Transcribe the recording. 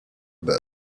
bus